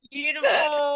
Beautiful